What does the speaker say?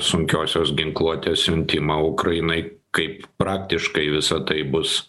sunkiosios ginkluotės siuntimą ukrainai kaip praktiškai visa tai bus